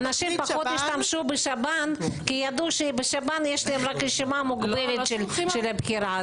אנשים פחות השתמשו בשב"ן כי ידעו שבשב"ן יש להם רשימה מוגבלת של בחירה.